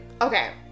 okay